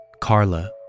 Carla